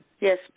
Yes